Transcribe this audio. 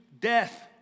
death